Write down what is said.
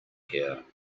here